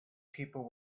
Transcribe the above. people